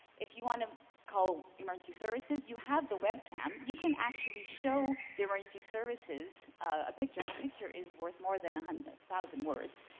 if you want to call emergency services, you have the webcam. you can actually show the emergency services a picture, and a picture is worth more than a thousand words.